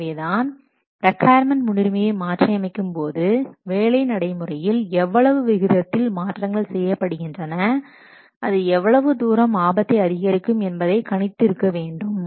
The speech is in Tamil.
எனவேதான் ரிக்கொயர்மென்ட் முன்னுரிமையை மாற்றி அமைக்கும்போது வேலை நடைமுறையில் எவ்வளவு விகிதத்தில் மாற்றங்கள் செய்யப்படுகின்றன அது எவ்வளவு தூரம் ஆபத்தை அதிகரிக்கும் என்பதை கணித்து இருக்கவேண்டும்